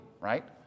right